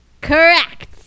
Correct